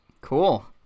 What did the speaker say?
Cool